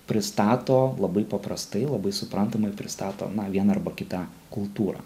pristato labai paprastai labai suprantamai pristato na vieną arba kitą kultūrą